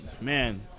Man